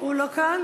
הוא לא כאן?